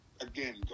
Again